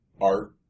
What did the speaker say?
art